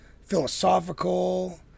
philosophical